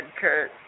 Kurt